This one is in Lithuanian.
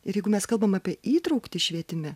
ir jeigu mes kalbam apie įtrauktį švietime